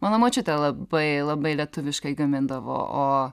mano močiutė labai labai lietuviškai gamindavo o